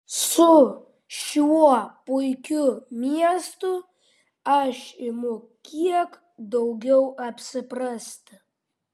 su šiuo puikiu miestu aš imu kiek daugiau apsiprasti